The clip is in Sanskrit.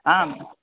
आम्